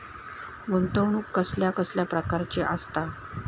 गुंतवणूक कसल्या कसल्या प्रकाराची असता?